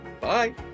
bye